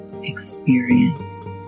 experience